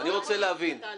רוצה להבין,